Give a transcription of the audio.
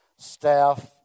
staff